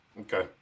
Okay